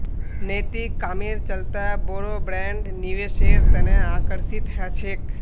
नैतिक कामेर चलते बोरो ब्रैंड निवेशेर तने आकर्षित ह छेक